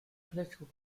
political